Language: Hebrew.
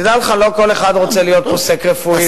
תדע לך שלא כל אחד רוצה להיות עוסק רפואי.